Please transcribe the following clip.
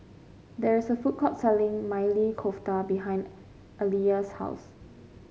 there is a food court selling Maili Kofta behind Aliya's house